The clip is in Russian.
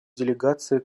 делегации